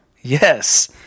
Yes